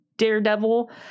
daredevil